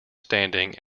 standing